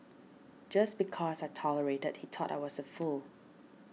just because I tolerated he thought I was a fool